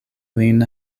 lin